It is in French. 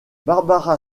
barbara